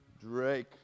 Drake